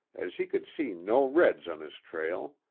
as he could see no reds on his trail.